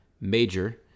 major